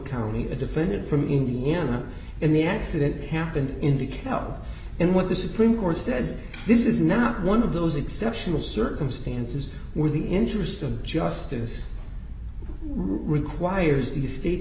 county a defendant from indiana in the accident happened indicate how and what the supreme court says this is not one of those exceptional circumstances where the interest of justice requires the state